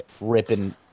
ripping